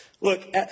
Look